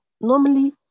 normally